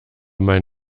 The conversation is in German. mein